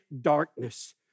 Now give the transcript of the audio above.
darkness